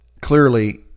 clearly